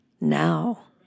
now